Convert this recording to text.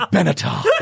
Benatar